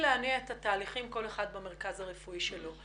להניע את התהליכים כל אחד במרכז הרפואי שלו.